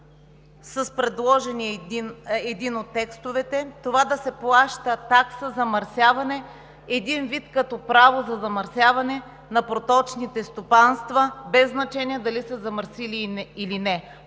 от предложените текстове това да се плаща – такса замърсяване, един вид като право за замърсяване на проточните стопанства, без значение дали са замърсили или не.